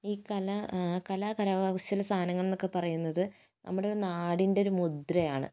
ഈ കല കല കരകൗശല സാധനങ്ങൾ എന്ന് ഒക്കെ പറയുന്നത് നമ്മുടെ നാടിൻ്റെ ഒരു മുദ്രയാണ്